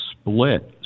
split